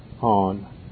on